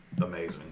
amazing